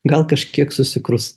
gal kažkiek susikrus